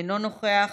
אינו נוכח,